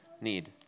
need